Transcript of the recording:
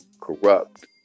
corrupt